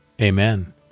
Amen